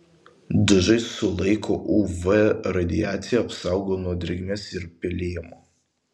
dažai sulaiko uv radiaciją apsaugo nuo drėgmės ir pelijimo